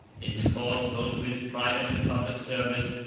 in the course, both of his private and public service,